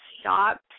stop